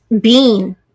Bean